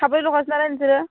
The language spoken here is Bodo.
साब्रैल'खासो नालाय नोंसोरो